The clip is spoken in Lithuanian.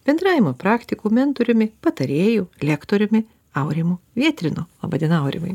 bendravimo praktikų mentoriumi patarėju lektoriumi aurimu vietrinu laba diena aurimai